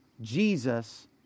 Jesus